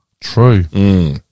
True